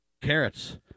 carrots